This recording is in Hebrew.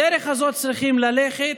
בדרך הזאת צריכים ללכת.